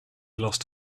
lost